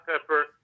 pepper